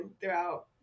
throughout